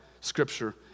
Scripture